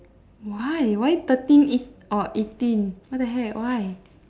why why thirteen eight or eighteen why the heck why